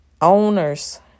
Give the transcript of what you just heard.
Owners